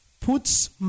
puts